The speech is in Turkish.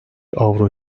avro